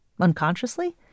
unconsciously